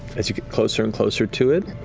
as you get closer and closer to it,